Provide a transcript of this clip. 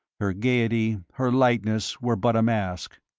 her gaiety, her lightness, were but a mask.